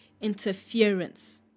interference